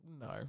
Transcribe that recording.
no